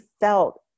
felt